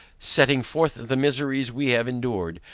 setting forth the miseries we have endured,